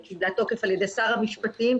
שקיבלה תוקף על ידי שר המשפטים,